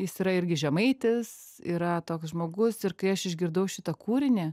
jis yra irgi žemaitis yra toks žmogus ir kai aš išgirdau šitą kūrinį